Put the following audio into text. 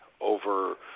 over